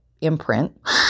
imprint